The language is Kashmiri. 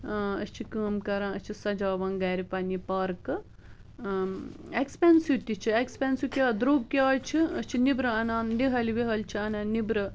اۭں أسۍ چھِ کٲم کران أسۍ چھِ سجاوان گرِ پنٛنہِ پارکہٕ اۭں ایکپینسِو تہِ چھِ ایکپینسِو کیاہ درٛوگۍ کیازِ چھُ أسۍ چھِ نٮ۪برٕ انان نِہٕل وِہٕل چھِ انان نٮ۪برٕ